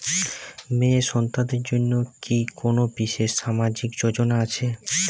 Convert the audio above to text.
মেয়ে সন্তানদের জন্য কি কোন বিশেষ সামাজিক যোজনা আছে?